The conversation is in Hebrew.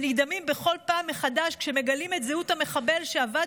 ונדהמים בכל פעם מחדש כשמגלים את זהות המחבל שעבד